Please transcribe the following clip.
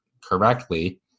correctly